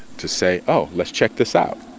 to say, oh, let's check this out.